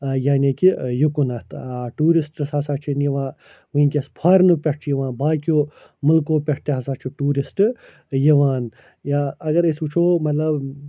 ٲں یعنی کہِ ٲں یُکنَتھ ٲں ٹیٛوٗرِسٹٕس ہَسا چھِ یِوان وُنٛکیٚس فارِنہٕ پٮ۪ٹھ چھِ یِوان باقٕیو ملکُو پٮ۪ٹھ تہِ ہَسا چھِ ٹیٛوٗرِسٹہٕ یِوان یا اگر أسۍ وُچھو مطلب